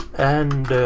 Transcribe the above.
and